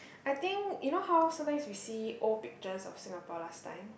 I think you know how sometimes you see old pictures of Singapore last time